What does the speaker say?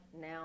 now